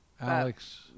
Alex